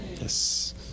Yes